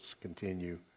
continue